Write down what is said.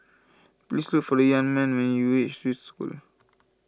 please look for the young man when you reach Swiss School